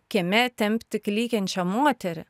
kieme tempti klykiančią moterį